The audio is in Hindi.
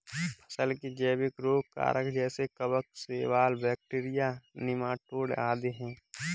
फसल के जैविक रोग कारक जैसे कवक, शैवाल, बैक्टीरिया, नीमाटोड आदि है